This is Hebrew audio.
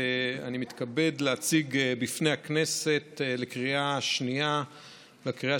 אני מתכבד להציג בפני הכנסת לקריאה שנייה ולקריאה